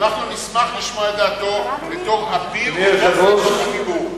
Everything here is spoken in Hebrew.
אנחנו נשמח לשמוע את דעתו בתור אביר חופש הדיבור.